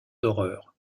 d’horreur